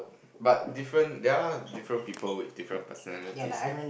but different there're different people with different personalities